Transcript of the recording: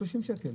30 שקל,